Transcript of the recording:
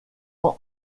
ans